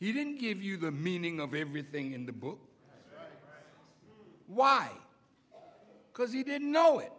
he didn't give you the meaning of everything in the book why because he didn't know it